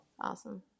Awesome